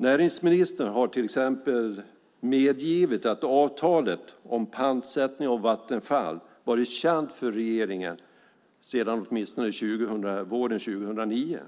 Näringsministern har till exempel medgivit att avtalet om pantsättning av Vattenfall har varit känt för regeringen sedan åtminstone våren 2009.